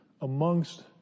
amongst